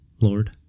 Lord